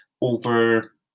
over